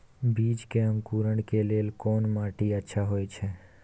बीज के अंकुरण के लेल कोन माटी अच्छा होय छै?